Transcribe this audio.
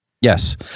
Yes